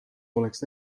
oleks